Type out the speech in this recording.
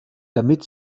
damit